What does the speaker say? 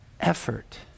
effort